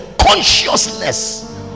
consciousness